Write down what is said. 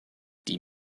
die